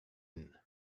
inn